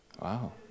wow